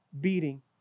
beating